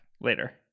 later